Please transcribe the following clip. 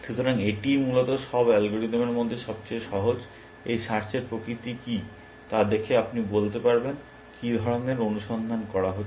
সুতরাং এটিই মূলত সব অ্যালগরিদমের মধ্যে সবচেয়ে সহজ এই সার্চের প্রকৃতি কী তা দেখে আপনি বলতে পারবেন কী ধরনের অনুসন্ধান করা হচ্ছে